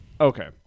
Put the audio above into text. okay